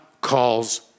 calls